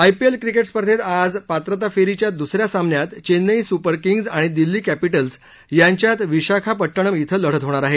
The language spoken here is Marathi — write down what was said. आयपीएल क्रिकेट स्पर्धेत आज पात्रता फेरीच्या दुसऱ्या सामन्यात चेन्नई सुपर किंग्ज आणि दिल्ली कॅपिटल्स यांच्यात विशाखापट्टणम इथं लढत होणार आहे